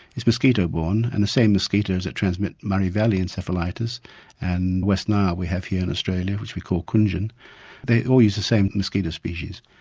it's mosquito borne and the same mosquitoes that transmit murray valley encephalitis and west nile we have here in australia which we call kunjun they all use the same mosquito species.